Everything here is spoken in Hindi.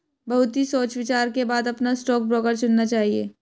बहुत ही सोच विचार के बाद अपना स्टॉक ब्रोकर चुनना चाहिए